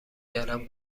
کردن